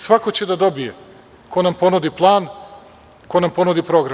Svako će da dobije ko nam ponudi plan, ko nam ponudi program.